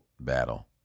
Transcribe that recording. battle